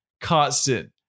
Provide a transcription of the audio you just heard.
constant